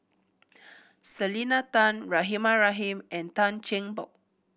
Selena Tan Rahimah Rahim and Tan Cheng Bock